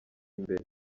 imbere